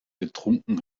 getrunken